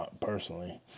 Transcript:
personally